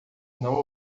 não